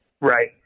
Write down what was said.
Right